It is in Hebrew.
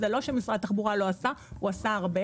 זה לא שמשרד התחבורה לא עשה, הוא עשה הרבה.